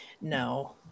No